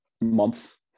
months